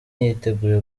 yiteguye